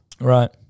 Right